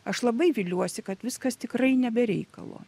aš labai viliuosi kad viskas tikrai ne be reikalo